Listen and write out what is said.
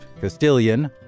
Castilian